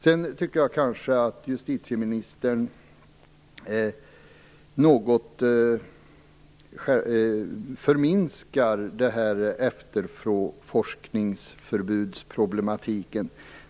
Jag tycker kanske att justitieministern något förminskar efterforskningsförbudsproblematiken.